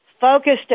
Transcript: focused